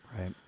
Right